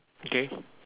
okay